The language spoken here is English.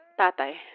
tatai